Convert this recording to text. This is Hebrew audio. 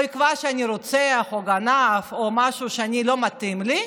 או יקבע שאני רוצח או גנב או משהו שלא מתאים לי,